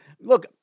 look